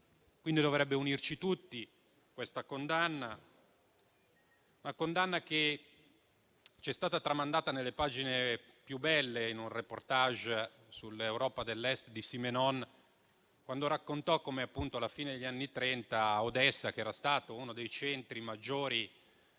quindi unirci tutti questa condanna, che ci è stata tramandata nelle pagine più belle di un *reportage* sull'Europa dell'Est di Simenon, che raccontò come alla fine degli anni Trenta a Odessa, che era stato uno dei centri maggiori